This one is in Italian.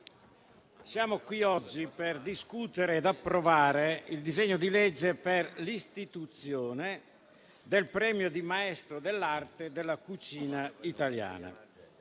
siamo qui oggi per discutere e approvare il disegno di legge per l'istituzione del premio di Maestro dell'arte della cucina italiana,